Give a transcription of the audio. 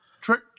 trick